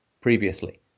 previously